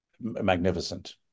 magnificent